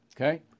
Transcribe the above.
Okay